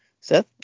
Seth